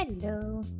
hello